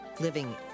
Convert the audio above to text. Living